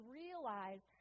realize